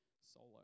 solo